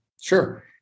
Sure